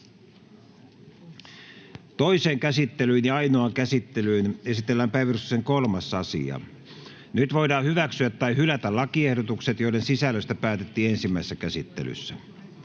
Toiseen käsittelyyn ja ainoaan käsittelyyn esitellään päiväjärjestyksen 3. asia. Nyt voidaan hyväksyä tai hylätä lakiehdotukset, joiden sisällöstä päätettiin ensimmäisessä käsittelyssä.